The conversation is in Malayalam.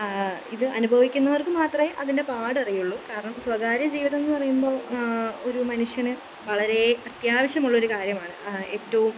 ഇത് അനുഭവിക്കുന്നവർക്ക് മാത്രമേ അതിന്റെ പാടറിയുളളൂ കാരണം സ്വകാര്യജീവിതം എന്ന് പറയുമ്പോൾ ഒരു മനുഷ്യന് വളരെ അത്യാവശ്യമുള്ളൊരു കാര്യമാണ് ഏറ്റവും